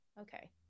okay